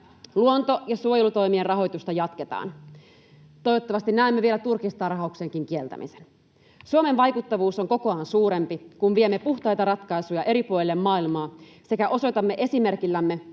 Luonto- ja suojelutoimien rahoitusta jatketaan. Toivottavasti näemme vielä turkistarhauksenkin kieltämisen. Suomen vaikuttavuus on kokoaan suurempi, kun viemme puhtaita ratkaisuja eri puolille maailmaa sekä osoitamme esimerkillämme